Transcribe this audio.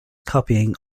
copying